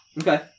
Okay